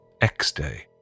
X-Day